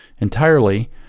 entirely